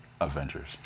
Avengers